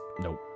nope